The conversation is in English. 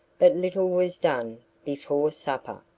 but little was done before supper.